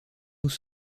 nous